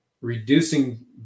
reducing